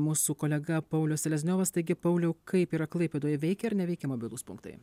mūsų kolega paulius selezniovas taigi pauliau kaip yra klaipėdoje veikia ar neveikia mobilūs punktai